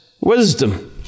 wisdom